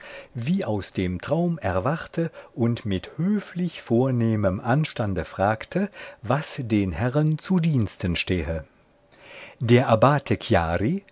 wie aus dem traum erwachte und mit höflich vornehmem anstande fragte was den herren zu diensten stehe der abbate